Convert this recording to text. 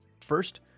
First